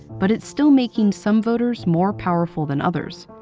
but it's still making some voters more powerful than others.